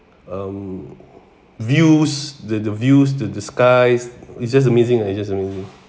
um views the the views to the sky it's just amazing it's just amazing